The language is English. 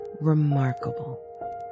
remarkable